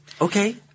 Okay